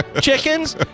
Chickens